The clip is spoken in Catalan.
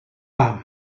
pam